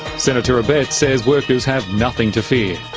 senator abetz says workers have nothing to fear.